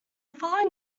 following